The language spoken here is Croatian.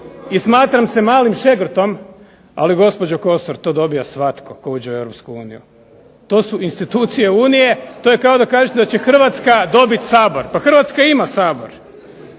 i smatram se malim šegrtom, ali gospođo Kosor to dobija svatko tko uđe u EU. To su institucije unije. To je kao da kažete da će Hrvatska dobiti Sabor. Pa Hrvatska ima Sabor.